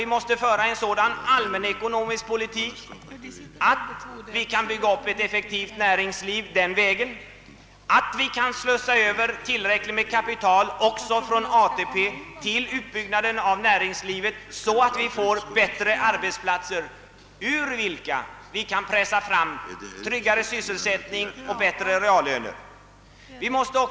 Vi måste föra en sådan allmänekonomisk politik att vi kan bygga upp ett effektivt näringsliv, vi måste slussa över tillräckligt med kapital också från ATP till utbyggnaden av näringslivet, så att vi får bättre arbetsplatser ur vilka vi kan pressa fram tryggare sysselsättning och högre reallöner.